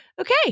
okay